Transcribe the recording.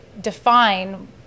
define